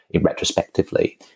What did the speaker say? retrospectively